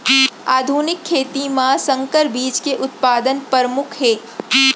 आधुनिक खेती मा संकर बीज के उत्पादन परमुख हे